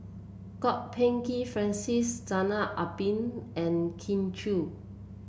Kwok Peng Kin Francis Zainal Abidin and Kin Chui